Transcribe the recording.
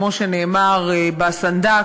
כמו שנאמר ב"הסנדק",